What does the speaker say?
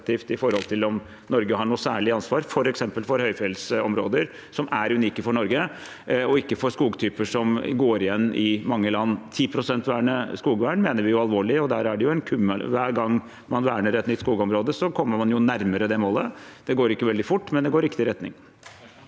det gjelder om Norge har noe særlig ansvar, f.eks. for høyfjellsområder, som er unike for Norge, og ikke for skogtyper som går igjen i mange land. 10 pst. skogvern mener vi alvor med, og hver gang man verner et nytt skogområde, kommer man nærmere det målet. Det går ikke veldig fort, men det går i riktig retning.